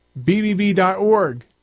bbb.org